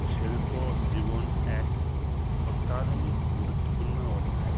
শিল্প জীবন এক অত্যাধুনিক গুরুত্বপূর্ণ অধ্যায়